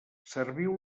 serviu